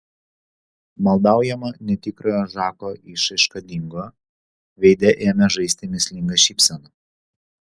maldaujama netikrojo žako išraiška dingo veide ėmė žaisti mįslinga šypsena